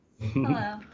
Hello